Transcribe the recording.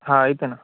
हा येत ना